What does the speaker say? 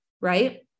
right